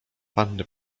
panny